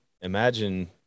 imagine